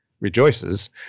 rejoices